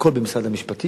הכול במשרד המשפטים.